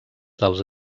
dels